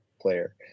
player